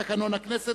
בתקנון הכנסת,